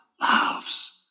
loves